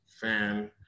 fan